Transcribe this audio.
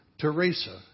Teresa